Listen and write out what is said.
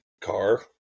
car